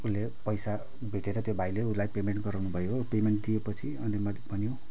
उसले पैसा भेटेर त्यो भाइले उसलाई पेमेन्ट गराउनुभयो पेमेन्ट दिएपछि अनि मैले भन्यो